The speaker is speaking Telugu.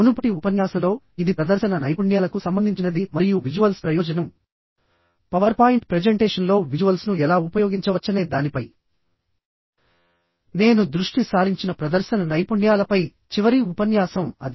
మునుపటి ఉపన్యాసంలో ఇది ప్రదర్శన నైపుణ్యాలకు సంబంధించినది మరియు విజువల్స్ ప్రయోజనంమీరు విజువల్స్ను విడిగా ఎలా ఉపయోగించవచ్చో లేదా పవర్ పాయింట్ ప్రెజెంటేషన్లో విజువల్స్ను ఎలా ఉపయోగించవచ్చనే దానిపై నేను దృష్టి సారించిన ప్రదర్శన నైపుణ్యాలపై చివరి ఉపన్యాసం అది